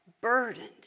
burdened